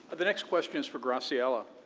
but the next question is for graciela.